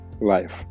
life